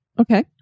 Okay